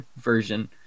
version